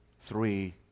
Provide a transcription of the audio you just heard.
three